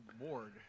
bored